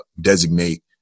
designate